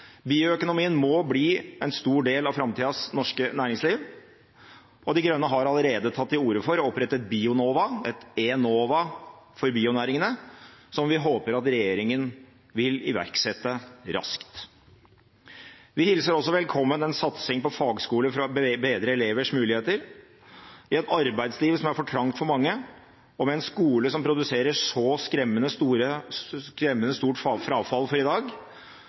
Bioøkonomien må bli en stor del av framtidas norske næringsliv, og De Grønne har allerede tatt til orde for å opprette et Bionova, et Enova for bionæringene, som vi håper at regjeringen vil iverksette raskt. Vi hilser også velkommen en satsing på fagskole for å bedre elevers muligheter i et arbeidsliv som er for trangt for mange, og med en skole som produserer så skremmende stort frafall i dag,